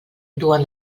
duen